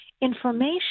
information